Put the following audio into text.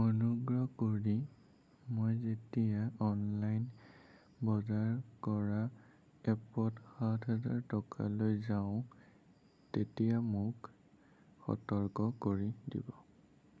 অনুগ্ৰহ কৰি মই যেতিয়া অনলাইন বজাৰ কৰা এপত সাত হাজাৰ টকালৈ যাওঁ তেতিয়া মোক সতৰ্ক কৰি দিব